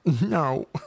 no